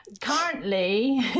currently